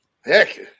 heck